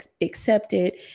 accepted